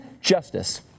justice